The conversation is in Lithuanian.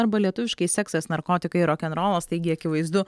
arba lietuviškai seksas narkotikai ir rokenrolas taigi akivaizdu